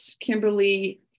Kimberly